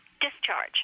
discharge